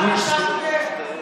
כיבוש ההבדל ביני לבינך,